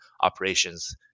operations